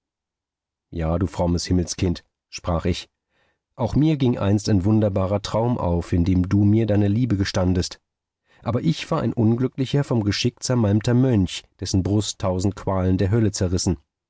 ja du frommes himmelskind sprach ich auch mir ging einst ein wunderbarer traum auf in dem du mir deine liebe gestandest aber ich war ein unglücklicher vom geschick zermalmter mönch dessen brust tausend qualen der hölle zerrissen